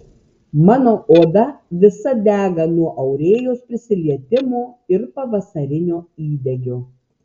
mano oda visa dega nuo aurėjos prisilietimo ir pavasarinio įdegio